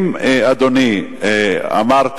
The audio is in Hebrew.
אם, אדוני, אמרת